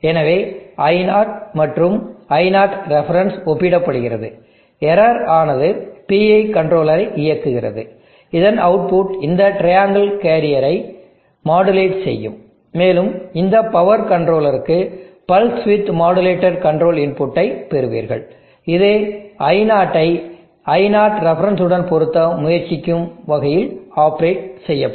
எனவே i0 மற்றும் i0 reference ஒப்பிடப்படுகிறது எரர் ஆனது PI கண்ட்ரோலரை இயக்குகிறது இதன் அவுட்புட் இந்த ட்ரையாங்கிள் கேரியரை மாடுலேட் செய்யும் மேலும் இந்த பவர் கண்ட்ரோலருக்கு பல்ஸ் வித் மாடுலேட்டடு கண்ட்ரோல் இன்புட்டை பெறுவீர்கள் இது i0 ஐ i0ref உடன் பொருத்த முயற்சிக்கும் வகையில் ஆபரேட் செய்யப்படும்